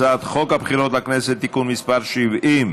מתוך הצעת חוק התוכנית הכלכלית (תיקוני חקיקה